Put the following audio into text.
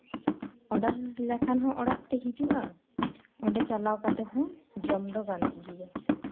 order ᱞᱮᱠᱷᱟᱱ ᱦᱚᱸ ᱚᱲᱟᱜ ᱛᱮ ᱦᱤᱡᱩᱜᱼᱟ ᱚᱸᱰᱮ ᱪᱟᱞᱟᱣ ᱠᱟᱛᱮ ᱦᱚᱸ ᱡᱚᱢ ᱫᱚ ᱜᱟᱱᱚᱜ ᱜᱮᱭᱟ